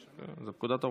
זו פקודת הרופאים.